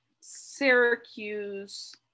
Syracuse